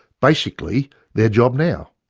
basically their job now.